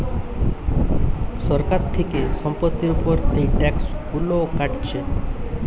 সরকার থিকে সম্পত্তির উপর এই ট্যাক্স গুলো কাটছে